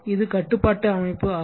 இது கட்டுப்பாட்டு அமைப்பு ஆகும்